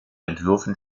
entwürfen